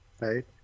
Right